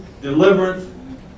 deliverance